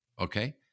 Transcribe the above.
Okay